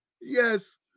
Yes